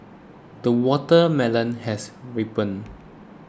the watermelon has ripened